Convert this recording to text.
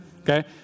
Okay